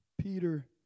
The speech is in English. Peter